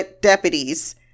deputies